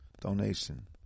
donation